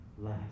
last